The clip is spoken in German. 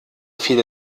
fiel